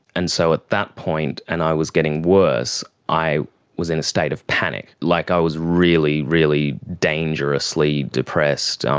and so at that point, and i was getting worse, i was in a state of panic. like i was really, really dangerously depressed, um